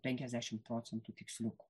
penkiasdešimt procentų tiksliukų